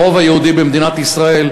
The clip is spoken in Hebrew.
הרוב היהודי במדינת ישראל,